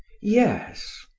yes.